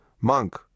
Monk